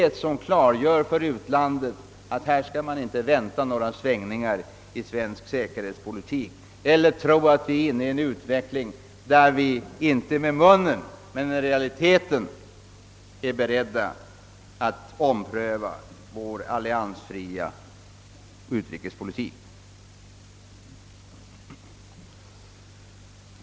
Det måste stå klart för utlandet att man inte skall vänta några svängningar i svensk säkerhetspolitik eller tro att vi är inne i en utveckling där vi är beredda att ompröva vår alliansfria utrikespolitik.